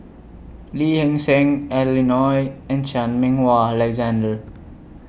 Lee Hee Seng Adeline Ooi and Chan Meng Wah Alexander